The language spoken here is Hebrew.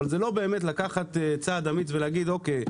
אבל זה לא באמת לקחת צעד אמיץ ולהגיד אוקי,